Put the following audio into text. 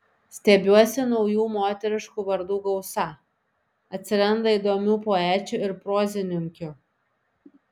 stebiuosi naujų moteriškų vardų gausa atsiranda įdomių poečių ir prozininkių